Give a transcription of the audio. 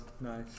Nice